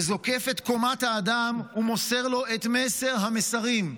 וזוקף את קומת האדם ומוסר לו את מסר המסרים: